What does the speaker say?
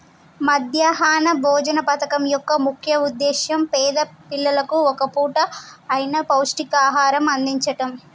మధ్యాహ్న భోజన పథకం యొక్క ముఖ్య ఉద్దేశ్యం పేద పిల్లలకు ఒక్క పూట అయిన పౌష్టికాహారం అందిచడం